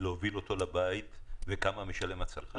ולהוביל אותו לבית וכמה משלם הצרכן?